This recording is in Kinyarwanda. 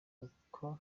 kuko